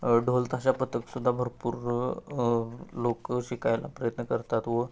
ढोलताशा पथकसुद्धा भरपूर लोकं शिकायला प्रयत्न करतात व